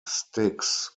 styx